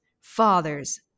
fathers